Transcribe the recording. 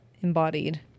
embodied